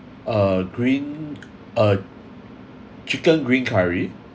uh green uh chicken green curry